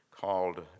called